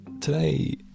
today